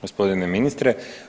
Gospodine ministre.